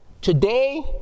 Today